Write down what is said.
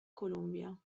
columbia